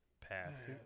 Pass